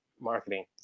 marketing